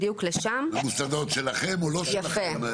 ממוסדות שלכם או לא שלכם.